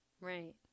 Right